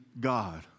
God